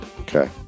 okay